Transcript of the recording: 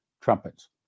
Trumpets